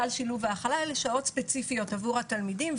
סל שילוב והכלה אלה שעות ספציפיות עבור התלמידים,